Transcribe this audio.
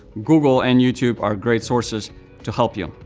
google and youtube are great sources to help you.